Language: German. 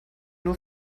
nur